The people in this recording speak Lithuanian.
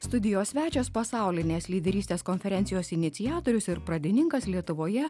studijos svečias pasaulinės lyderystės konferencijos iniciatorius ir pradininkas lietuvoje